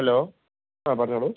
hello ആ പറഞ്ഞോളു